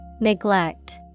Neglect